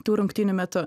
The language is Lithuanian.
tų rungtynių metu